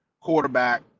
quarterback